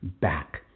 back